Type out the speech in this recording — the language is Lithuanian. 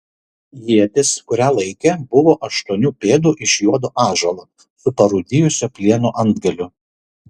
ietis kurią laikė buvo aštuonių pėdų iš juodo ąžuolo su parūdijusio plieno antgaliu